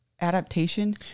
adaptation